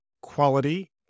quality